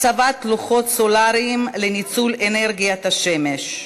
הצבת לוחות סולריים לניצול אנרגיית השמש.